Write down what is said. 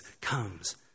comes